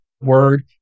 word